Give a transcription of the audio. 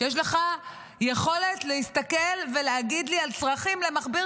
שיש לך יכולת להסתכל ולהגיד לי על צרכים למכביר